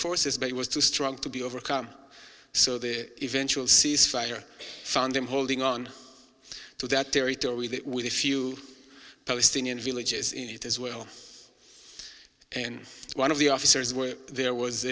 was too strong to be overcome so the eventual ceasefire found them holding on to that territory with a few palestinian villages in it as well and one of the officers were there was